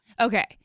Okay